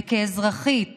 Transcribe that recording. וכאזרחית